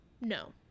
No